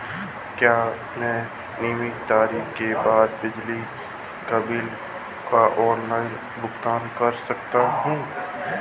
क्या मैं नियत तारीख के बाद बिजली बिल का ऑनलाइन भुगतान कर सकता हूं?